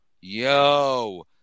yo